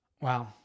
wow